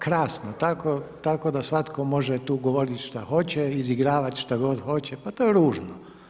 Krasno, tako da svatko tu može govoriti šta hoće, izigravati šta god hoće, pa to je ružno.